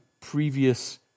previous